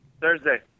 Thursday